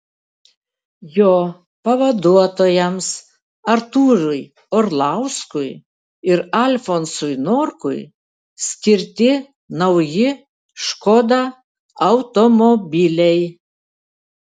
jo pavaduotojams artūrui orlauskui ir alfonsui norkui skirti nauji škoda automobiliai